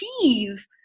achieve